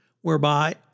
whereby